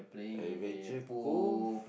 Adventure Cove